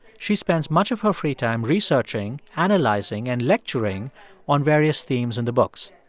she spends much of her free time researching, analyzing and lecturing on various themes in the books.